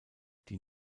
die